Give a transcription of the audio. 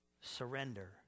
Surrender